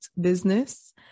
business